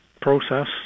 process